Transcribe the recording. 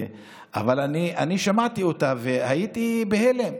אבל אני שמעתי אותה והייתי בהלם.